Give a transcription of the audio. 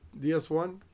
DS1